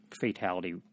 fatality